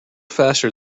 faster